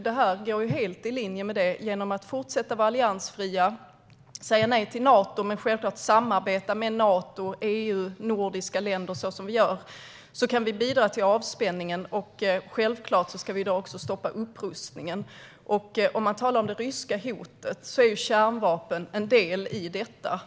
Det här är helt i linje med att fortsätta att vara alliansfria, att säga nej till Nato men självklart samarbeta med Nato, EU och nordiska länder så som vi gör. På så vis kan vi bidra till avspänningen, och självklart ska vi också stoppa upprustningen. I det ryska hotet är kärnvapen en del i detta.